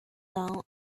down